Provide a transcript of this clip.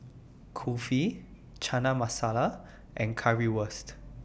Kulfi Chana Masala and Currywurst